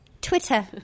twitter